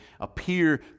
appear